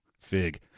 Fig